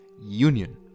union